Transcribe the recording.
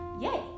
Yay